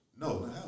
No